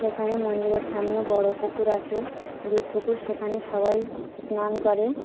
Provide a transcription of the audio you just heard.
সেখানে মন্দিরের সামনে বড়ো পুকুর আছে দুধ পুকুর সেখানে সবাই স্নান করে